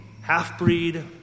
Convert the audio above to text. Half-breed